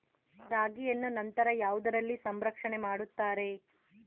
ರಾಗಿಯನ್ನು ನಂತರ ಯಾವುದರಲ್ಲಿ ಸಂರಕ್ಷಣೆ ಮಾಡುತ್ತಾರೆ?